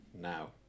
Now